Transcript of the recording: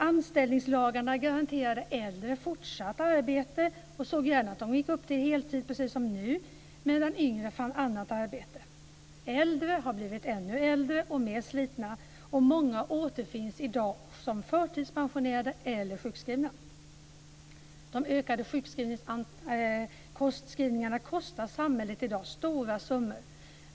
Anställningslagarna garanterade äldre fortsatt arbete, och man såg gärna att de gick upp till heltid precis som nu, medan yngre fann annat arbete. Äldre har blivit ännu äldre och mer slitna, och många återfinns i dag som förtidspensionerade eller sjukskrivna. De ökade sjukskrivningarna kostar samhället i dag stora summor.